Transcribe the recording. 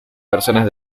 personas